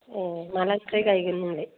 ए मालानिफ्राय गायगोन नोंलाय